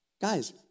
Guys